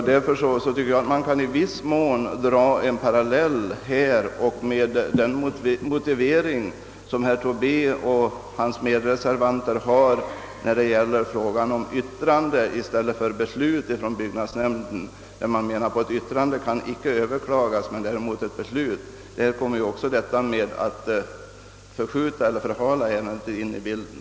Därför tycker jag att man på denna punkt i viss mån kan dra upp en parallell med herr Tobés och hans medreservanters motivering i frågan, huruvida byggnadsnämnden skall avge yttrande eller fatta beslut — ett yttrande kan ju inte överklagas, vilket däremot kan bli fallet med ett beslut. Också i detta sammanhang kommer möjligheten att förhala ett ärende in i bilden.